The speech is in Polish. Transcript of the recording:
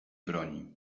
broni